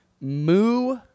Moo